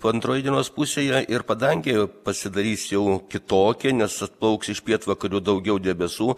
o antroje dienos pusėje ir padangėje pasidarys jau kitokia nes atplauks iš pietvakarių daugiau debesų